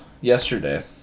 yesterday